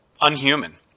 unhuman